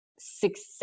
success